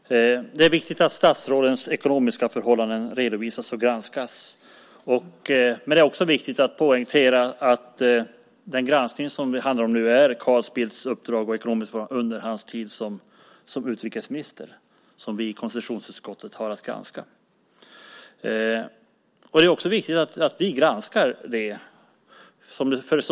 Herr talman! Det är viktigt att statsrådens ekonomiska förhållanden redovisas och granskas. Men det är också viktigt att poängtera att den granskning som det nu handlar om gäller Carl Bildts uppdrag och ekonomiska förhållanden under hans tid som utrikesminister. Det är det vi i konstitutionsutskottet har att granska. Det är också viktigt att vi granskar det.